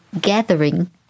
gathering